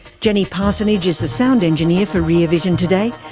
jenny parsonage is the sound engineer for rear vision today.